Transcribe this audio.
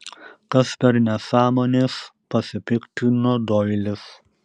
kas per nesąmonės pasipiktino doilis